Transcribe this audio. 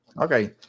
Okay